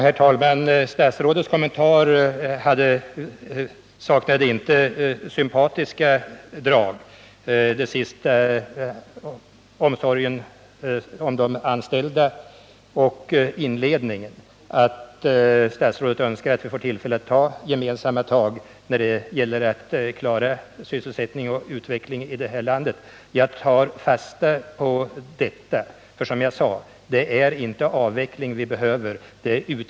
Herr talman! Statsrådets kommentarer saknade inte sympatiska drag. Jag tänker närmast på det statsrådet sade sist om omsorgen om de anställda och på det han inledningsvis sade, nämligen att han önskade att vi får tillfälle att ta gemensamma tag när det gäller att klara sysselsättning och utveckling i det här landet. Jag tar fasta på detta — och här skärs tydligen bort stycke efter stycke i svaret.